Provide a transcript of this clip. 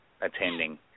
attending